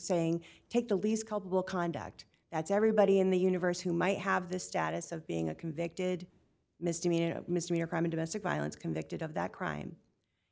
saying take the least culpable conduct that's everybody in the universe who might have the status of being a convicted misdemeanor misdemeanor crime of domestic violence convicted of that crime